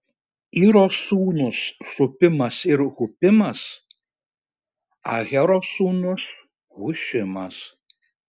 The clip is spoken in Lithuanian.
iro sūnūs šupimas ir hupimas ahero sūnus hušimas